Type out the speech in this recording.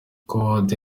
kode